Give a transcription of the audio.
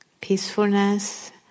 peacefulness